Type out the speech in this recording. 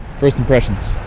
first impressions?